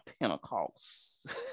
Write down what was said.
Pentecost